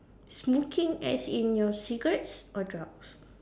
smoking as in your cigarettes or drugs